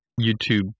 YouTube